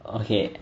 okay